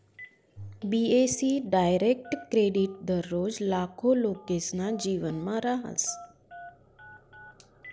बी.ए.सी direct credit दररोज लाखो लोकेसना जीवनमा रहास